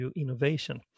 Innovation